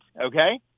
Okay